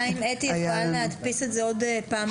השאלה אם אתי יכולה להדפיס את זה עוד פעמיים-שלוש,